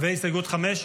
והסתייגות 5?